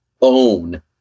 own